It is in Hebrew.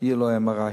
יהיה MRI,